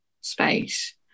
space